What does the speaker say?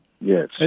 Yes